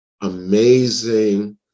amazing